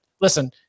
listen